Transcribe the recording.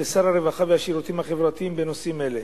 לשר הרווחה והשירותים החברתיים בנושאים אלה: